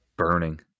burning